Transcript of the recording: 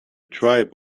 tribe